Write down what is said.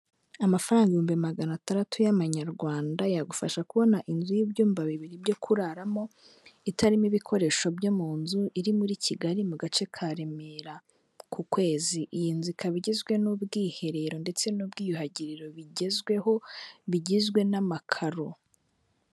Amafaranga ibihumbi magana atandatu y'amanyarwanda yagufasha kubona inzu y'ibyumba bibiri byo kuraramo itarimo ibikoresho byo mu nzu, iri muri Kigali mu gace ka Remera ku kwezi, iyi nzu ikaba igizwe n'ubwiherero ndetse n'ubwiyuhagiriro bigezweho bigizwe n'amakaro.